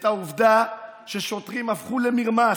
את העובדה ששוטרים הפכו למרמס,